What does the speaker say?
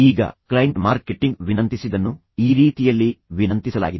ಈಗ client marketing ವಿನಂತಿಸಿದ್ದನ್ನು ಈ ರೀತಿಯಲ್ಲಿ ವಿನಂತಿಸಲಾಗಿದೆ